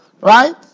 right